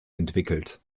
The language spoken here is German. entwickelt